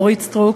אורית סטרוק,